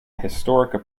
historical